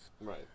right